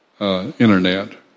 internet